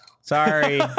Sorry